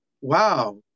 wow